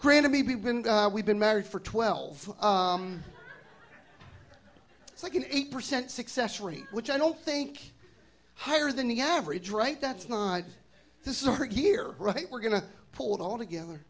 granted maybe when we've been married for twelve it's like an eight percent success rate which i don't think higher than the average right that's not this is our year right we're going to pull it all together